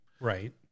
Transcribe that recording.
Right